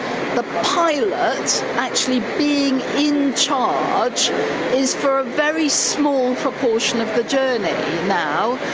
the pilot actually being in charge is for a very small proportion of the journey now,